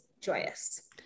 joyous